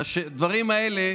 את הדברים האלה